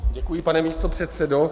Děkuji, pane místopředsedo.